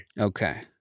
Okay